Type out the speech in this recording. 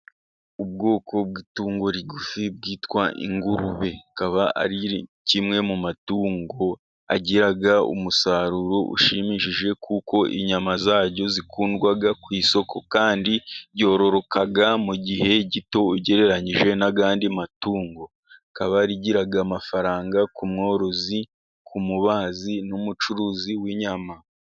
Ubwoko bw'itungo rigufi bwitwa ingurube. Ikaba ari kimwe mu matungo agira umusaruro ushimishije, kuko inyama zaryo zikundwa ku isoko, kandi ryororoka mu gihe gito ugereranyije n'ayandi matungo. Rikaba rigira amafaranga ku mworozi, ku mubazi n'umucuruzi w'inyama.